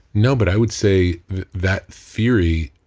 no. but i would say that theory,